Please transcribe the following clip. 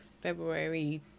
February